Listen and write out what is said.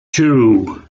two